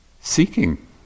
seeking